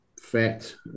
fact